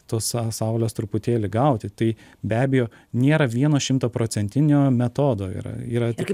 tos saulės truputėlį gauti tai be abejo nėra vieno šimtaprocentinio metodo yra yra tik